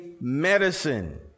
medicine